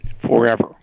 forever